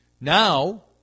Now